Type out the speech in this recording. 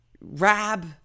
Rab